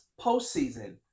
postseason